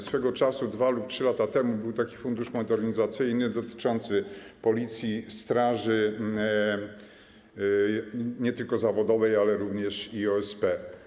Swego czasu, 2 lub 3 lata temu, był fundusz modernizacyjny dotyczący Policji, straży, nie tylko zawodowej, ale również i OSP.